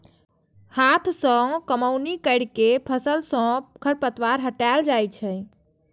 हाथ सं कमौनी कैर के फसल सं खरपतवार हटाएल जाए छै